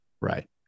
Right